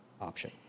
option